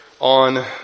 on